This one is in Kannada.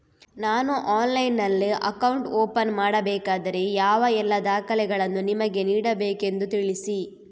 ನಾನು ಆನ್ಲೈನ್ನಲ್ಲಿ ಅಕೌಂಟ್ ಓಪನ್ ಮಾಡಬೇಕಾದರೆ ಯಾವ ಎಲ್ಲ ದಾಖಲೆಗಳನ್ನು ನಿಮಗೆ ನೀಡಬೇಕೆಂದು ತಿಳಿಸಿ?